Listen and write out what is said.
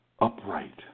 upright